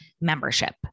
membership